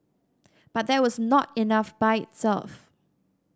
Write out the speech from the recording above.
but that was not enough by itself